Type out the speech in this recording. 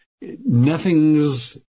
nothing's